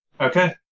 Okay